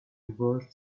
divorced